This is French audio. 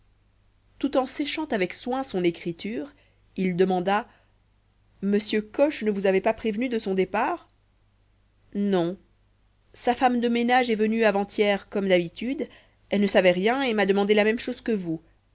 tout en séchant avec soin son écriture il demanda m coche ne vous avait pas prévenu de son départ non sa femme de ménage est venue avant-hier comme d'habitude elle ne savait rien et m'a demandé la même chose que vous